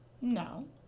No